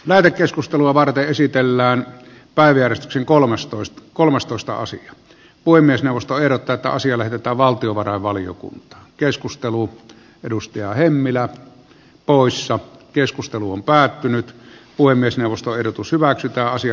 lähetekeskustelua varten esitellään pääjäristyksen kolmastoista kolmastoista sija puhemiesneuvosto ehdottaa että asia lähetetään valtiovarainvaliokuntaan keskusteluun edustaja hemmilä paloissa keskustelu on päättynyt puhemiesneuvosto ehdotus hyväksytä täysistuntoon